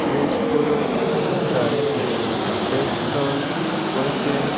वेश पुरोत आसतात द स्टॉल गोंयचे